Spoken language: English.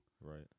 Right